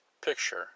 picture